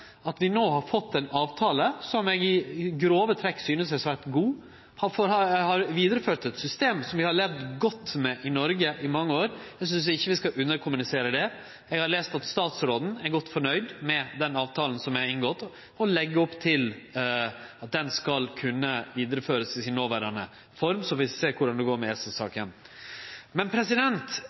at vi no har fått ein avtale som eg i grove trekk synest er svært god. Vi har vidareført eit system som vi har levd godt med i Noreg i mange år – eg synest ikkje vi skal underkommunisere det. Eg har lese at statsråden er godt fornøgd med den avtalen som er inngått, og legg opp til at han skal vidareførast i noverande form. Så får vi sjå korleis det går med